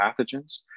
pathogens